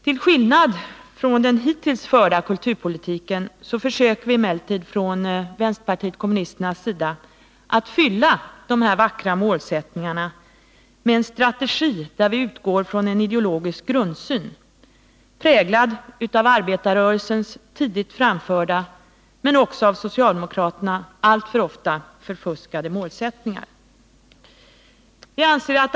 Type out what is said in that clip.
Vi inom vänsterpartiet kommunisterna söker i vår kulturpolitik — till skillnad från vad som gäller för den hittills förda kulturpolitiken — fylla dessa vackra målsättningar med en strategi där vi utgår från en ideologisk grundsyn präglad av arbetarrörelsens tidigt framförda men av socialdemokraterna alltför ofta förfuskade målsättningar.